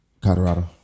Colorado